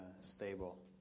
stable